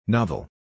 Novel